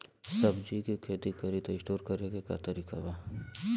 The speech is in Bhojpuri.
सब्जी के खेती करी त स्टोर करे के का तरीका बा?